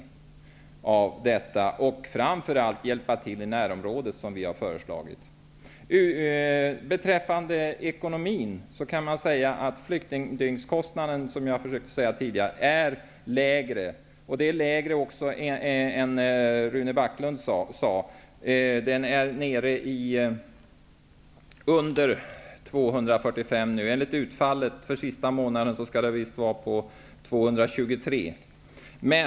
Framför allt borde man i stället hjälpa till i närområdet, som vi har föreslagit. Beträffande ekonomin är flyktingkostnaden per dygn lägre. Den är t.o.m. lägre än vad Rune Backlund angav. Kostnaden är nu nere på under 245 kr dygn.